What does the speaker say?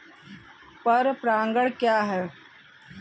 पर परागण क्या है?